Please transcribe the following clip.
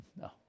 No